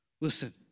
Listen